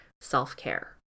self-care